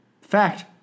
Fact